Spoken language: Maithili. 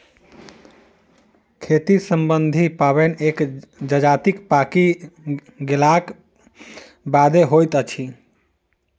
खेती सम्बन्धी पाबैन एक जजातिक पाकि गेलाक बादे होइत अछि